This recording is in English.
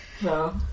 No